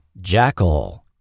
Jackal